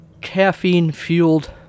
caffeine-fueled